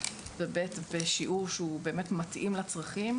ו-ב' בשיעור שהוא באמת מתאים לצרכים,